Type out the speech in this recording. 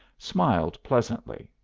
smiled pleasantly.